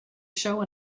show